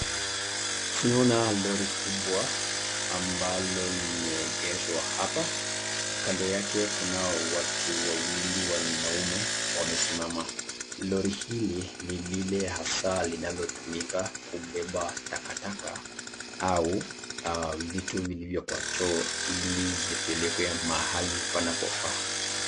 Tunaona lori kubwa ambalo limeegeshwa hapa. Kando yake kuna watu wawili wanaume wamesimama. Lori hili ni lile hasa linalotumika kubeba takataka au vitu vilivyokuwa choo ili zipelekwe mahali panapofaa.